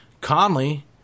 Conley